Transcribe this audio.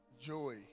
joy